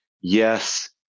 yes